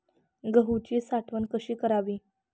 गहूची साठवण कशी करावी?